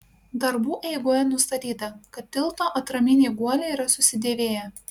darbų eigoje nustatyta kad tilto atraminiai guoliai yra susidėvėję